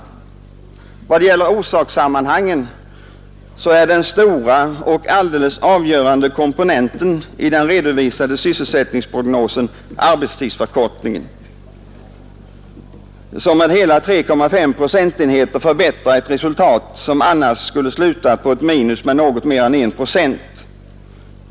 Vad gäller orsakssammanhangen så är den stora och alldeles avgörande komponenten i den redovisade sysselsättningsprognosen arbetstidsförkortningen, som med hela 3,5 procentenheter förbättrar ett resultat som annars skulle ha slutat på ett minus med något mer än 1 procent.